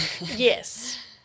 yes